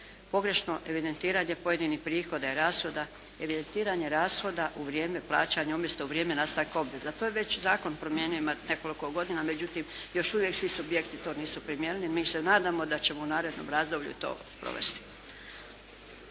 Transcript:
Pogrešno evidentiranje pojedinih prihoda i rashoda, evidentiranje rashoda u vrijeme plaćanja umjesto u vrijeme nastanka obveza. To je već zakon promijenio ima nekoliko godina međutim još uvijek svi subjekti to nisu primijenili. Mi se nadamo da ćemo u narednom razdoblju to provesti.